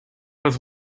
was